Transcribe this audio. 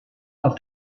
auf